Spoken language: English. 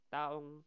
Taong